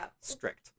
strict